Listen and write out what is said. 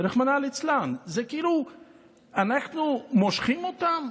רחמנא ליצלן, זה כאילו אנחנו מושכים אותם.